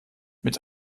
mit